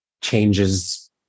changes